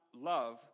love